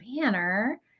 banner